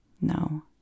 No